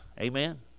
Amen